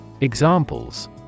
Examples